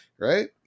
right